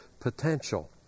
potential